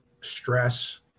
stress